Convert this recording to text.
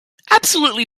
absolutely